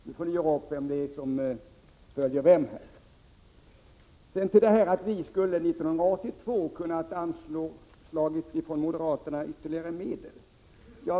Nu får ni göra upp om vem som följer vem. Vi moderater borde år 1982 ha kunnat anslå ytterligare medel, säger Olle Göransson.